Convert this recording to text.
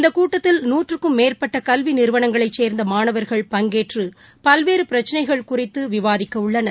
இந்த கூட்டத்தில் நூற்றுக்கும் மேற்பட்ட கல்வி நிறுவனங்களை சேர்ந்த மாணவர்கள் பங்கேற்று பல்வேறு பிரச்சனைகள் குறித்து விவாதிக்க உள்ளனர்